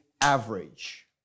average